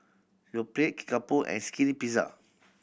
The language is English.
Yoplait Kickapoo and Skinny Pizza